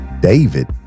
David